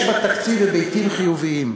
יש בתקציב היבטים חיוביים.